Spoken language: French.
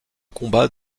combat